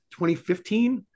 2015